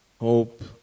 hope